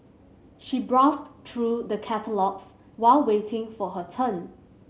she browsed through the catalogues while waiting for her turn